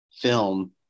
film